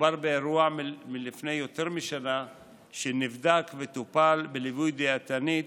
מדובר באירוע מלפני יותר משנה שנבדק וטופל בליווי דיאטנית,